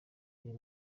uyu